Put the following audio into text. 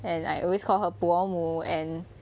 and I always called her 伯母 and